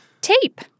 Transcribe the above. tape